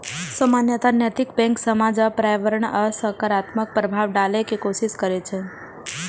सामान्यतः नैतिक बैंक समाज आ पर्यावरण पर सकारात्मक प्रभाव डालै के कोशिश करै छै